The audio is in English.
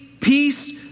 peace